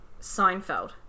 seinfeld